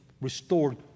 restored